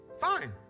Fine